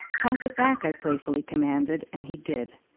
toss it back i playfully commanded, and he did.